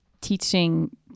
teaching